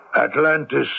Atlantis